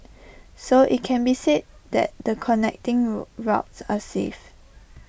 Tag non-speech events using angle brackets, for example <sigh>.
so IT can be said that the connecting <unintelligible> are safe